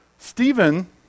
Stephen